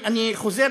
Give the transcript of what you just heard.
אני חוזר,